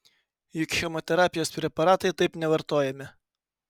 juk chemoterapijos preparatai taip nevartojami